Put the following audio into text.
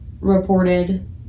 reported